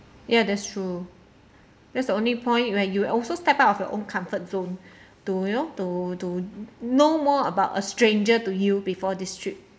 ya that's true that's the only point where you also step out of your own comfort zone to you know to to know more about a stranger to you before this trip